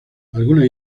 algunas